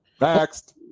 Next